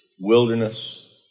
wilderness